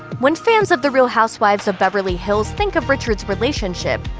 when fans of the real housewives of beverly hills think of richards' relationship,